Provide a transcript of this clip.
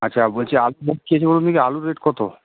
আচ্ছা বলছি আলুর রেট কি আছে বলুন দেখি আলুর রেট কত